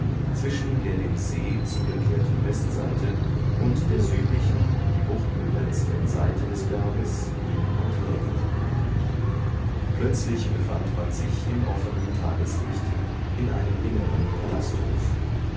zwischen der dem see zugekehrten westseite und der südlichen die bucht begrenzenden seite des berges hin und hergingen plötzlich befand man sich im offenen tageslicht in einem inneren palasthof